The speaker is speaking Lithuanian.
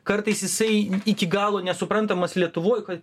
kartais jisai iki galo nesuprantamas lietuvoj kad